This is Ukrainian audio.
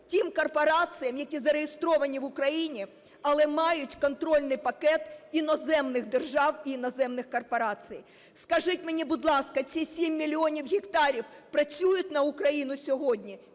тим корпораціям, які зареєстровані в Україні, але мають контрольний пакет іноземних держав і іноземних корпорацій. Скажіть мені, будь ласка, ці 7 мільйонів гектарів працюють на Україну сьогодні?